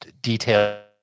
detail